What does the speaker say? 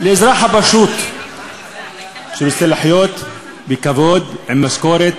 לאזרח הפשוט שרוצה לחיות בכבוד עם משכורת,